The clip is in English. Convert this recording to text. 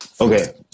Okay